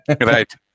Right